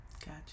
Gotcha